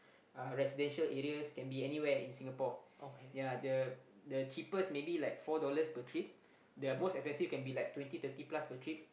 uh residential areas can be anywhere in Singapore yea the the cheapest maybe like four dollars per trip the most expensive can be like twenty thirty plus per trip